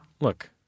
Look